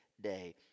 day